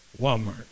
Walmart